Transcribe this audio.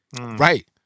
right